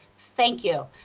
thank you.